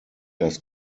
das